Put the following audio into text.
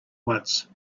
once